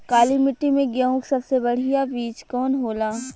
काली मिट्टी में गेहूँक सबसे बढ़िया बीज कवन होला?